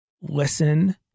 listen